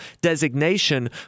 designation